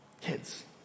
Kids